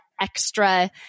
extra